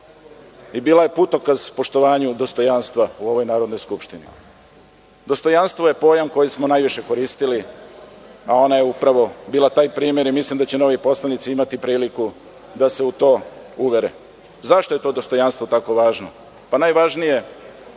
i bila je putokaz poštovanju dostojanstva u ovoj Narodnoj skupštini. Dostojanstvo je pojam koji smo najviše koristili, a ona je upravo bila taj primer. Mislim da će novi poslanici imati priliku da se u to uvere.Zašto je to dostojanstvo tako važno?